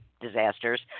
disasters